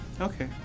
Okay